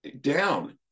down